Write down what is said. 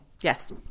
Yes